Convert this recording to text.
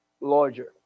larger